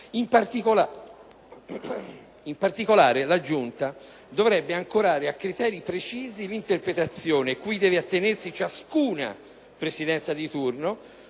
In particolare, la Giunta dovrebbe ancorare a criteri precisi l'interpretazione - cui deve attenersi ciascuna Presidenza di turno